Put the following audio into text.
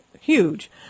huge